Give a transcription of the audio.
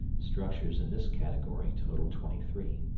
structures in this category total twenty three.